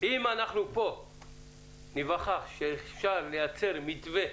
אנחנו פה ניווכח שאפשר לייצר מתווה